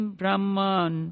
brahman